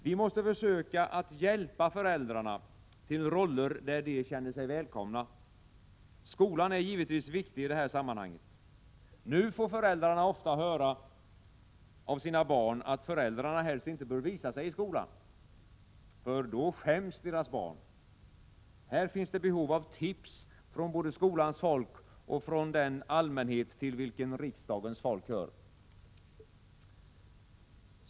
Vi måste försöka att hjälpa föräldrarna till roller där de känner sig välkomna. Skolan är givetvis viktig i det här sammanhanget. Nu får föräldrar ofta höra av sina barn att de helst inte bör visa sig i skolan — för då skäms deras barn. Här finns det behov av tips från både skolans folk och från den allmänhet till vilken riksdagens folk hör.